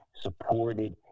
supported